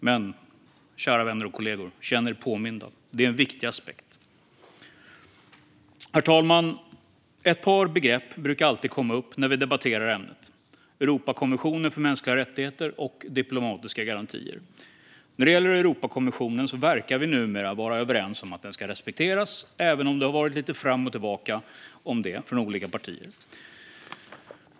Men, kära vänner och kollegor, känn er påminda! Det är en viktig aspekt. Herr talman! Ett par begrepp brukar komma upp när vi debatterar ämnet: Europakonventionen för mänskliga rättigheter och diplomatiska garantier. När det gäller Europakonventionen verkar vi numera vara överens om att den ska respekteras, även om det har varit lite fram och tillbaka om det från olika partier.